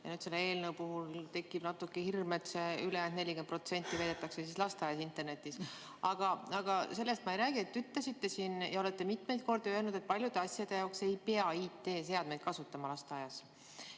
ja nüüd selle eelnõu puhul tekib natuke hirm, et see ülejäänud 40% siis veedab lasteaias aega internetis. Aga sellest ma ei räägi. Te ütlesite siin ja olete mitmeid kordi öelnud, et paljude asjade jaoks ei pea IT‑seadmeid kasutama lasteaias.